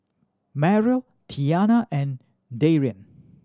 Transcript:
Mario Tiana and Darian